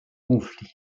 conflit